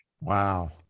Wow